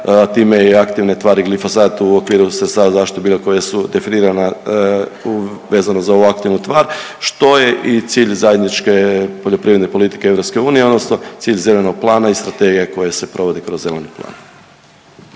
time i aktivne tvari glifosat u okviru sredstava za zaštitu bilja koja su definirana vezano za ovu aktivnu tvar što je i cilj zajedničke poljoprivredne politike EU, odnosno cilj zelenog plana i strategija koja se provodi kroz zeleni plan.